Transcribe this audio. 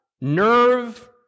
nerve